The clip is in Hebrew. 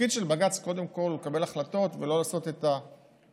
התפקיד של בג"ץ קודם כול הוא לקבל החלטות ולא לעשות את הבקרה,